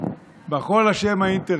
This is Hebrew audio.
בכול אשם האינטרנט.